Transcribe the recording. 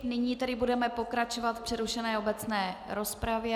Není tedy budeme pokračovat v přerušené obecné rozpravě.